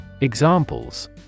Examples